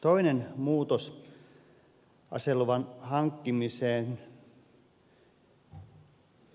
toinen muutos aseluvan hankkimiseen